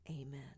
Amen